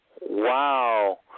Wow